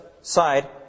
side